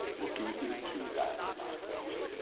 looking into that not-knowing.